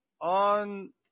on